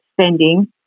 spending